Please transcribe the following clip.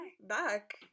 back